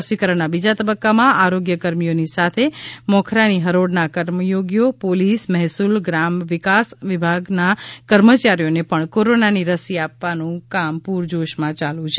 રસીકરણના બીજા તબકકામાં આરોગ્ય કર્મીઓની સાથે મોખરાની હરોળના કર્મયોગીઓ પોલીસ મહેસુલ ગ્રામ વિકાસ વગેરે વિભાગના કર્મયારીઓને પણ કોરોનાની રસી આપવાનું પુર જોશમાં ચાલુ છે